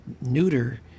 neuter